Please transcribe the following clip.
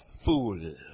fool